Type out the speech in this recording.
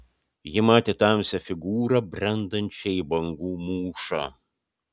ji matė tamsią figūrą brendančią į bangų mūšą